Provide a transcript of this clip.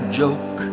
joke